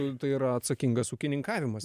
tai yra atsakingas ūkininkavimas